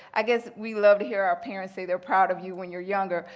i guess we love to hear our parents say they are proud of you when you're younger,